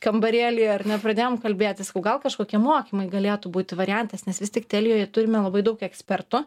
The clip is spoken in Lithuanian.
kambarėlyje ar ne pradėjom kalbėtis sakau gal kažkokie mokymai galėtų būti variantas nes vis tik telijoje turime labai daug ekspertų